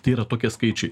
tai yra tokie skaičiai